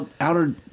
outer